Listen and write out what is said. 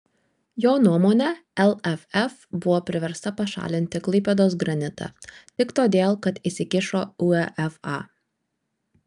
jo nuomone lff buvo priversta pašalinti klaipėdos granitą tik todėl kad įsikišo uefa